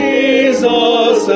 Jesus